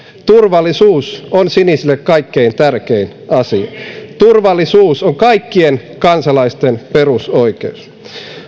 turvallisuus on sinisille kaikkein tärkein asia turvallisuus on kaikkien kansalaisten perusoikeus